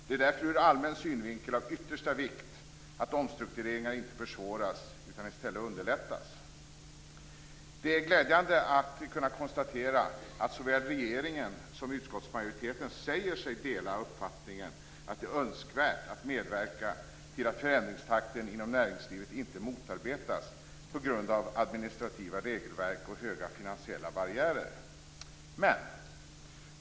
Det är därför ur allmän synvinkel av yttersta vikt att omstruktureringar inte försvåras utan i stället underlättas. Det är glädjande att kunna konstatera att såväl regeringen som utskottsmajoriteten säger sig dela uppfattningen att det är önskvärt att medverka till att förändringstakten inom näringslivet inte motarbetas på grund av administrativa regelverk och höga finansiella barriärer.